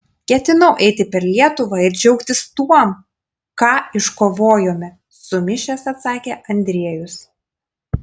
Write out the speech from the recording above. ketinau eiti per lietuvą ir džiaugtis tuom ką iškovojome sumišęs atsakė andriejus